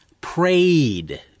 prayed